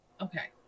okay